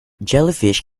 jellyfish